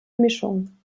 mischung